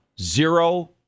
Zero